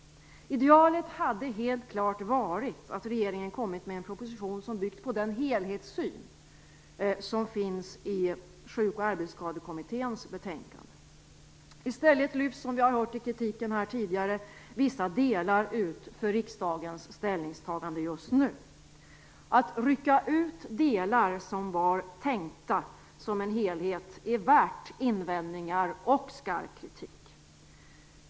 Idealet hade helt klart varit att regeringen kommit med en proposition som byggt på den helhetssyn som finns i Sjuk och arbetsskadekommitténs betänkande. I stället lyfts vissa delar ut för riksdagens ställningstagande just nu. Att rycka ut delar ur något som var tänkta som en helhet är värt invändningar och skarp kritik.